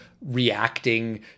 reacting